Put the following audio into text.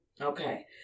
Okay